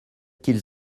qu’ils